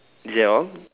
is that all